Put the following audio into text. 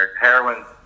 heroin